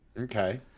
okay